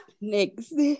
Next